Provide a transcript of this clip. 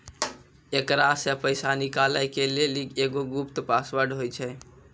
एकरा से पैसा निकालै के लेली एगो गुप्त पासवर्ड होय छै